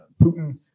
Putin